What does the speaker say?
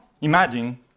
imagine